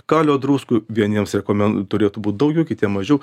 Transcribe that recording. kalio druskų vieniems rekomen turėtų būt daugiau kitiem mažiau